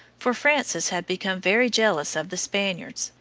for francis had become very jealous of the spaniards,